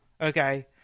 Okay